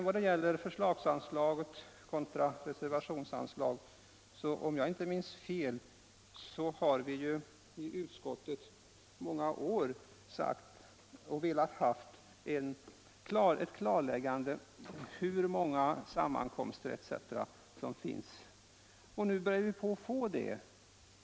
Vad gäller förslagsanslag kontra reservationsanslag har vi, om jag inte minns fel, i utskottet under många år velat ha ett klarläggande av hur många sammankomster etc. som finns att redovisa.